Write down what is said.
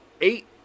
eight